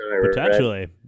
Potentially